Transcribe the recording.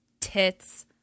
Tits